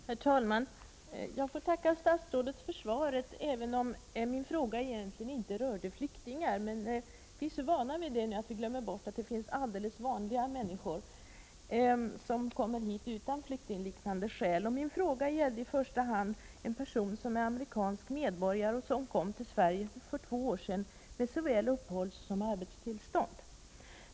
Herr talman! Jag får tacka statsrådet för svaret, även om min fråga egentligen inte rörde flyktingar. Vi är så vana vid att det handlar om flyktingar att vi glömmer bort att det finns alldeles vanliga människor som kommer hit utan flyktingliknande skäl. Min fråga gällde i första hand en person som är amerikansk medborgare och som kom till Sverige för två år sedan med såväl uppehållssom arbetstillstånd.